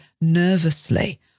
nervously